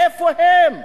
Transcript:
איפה הם?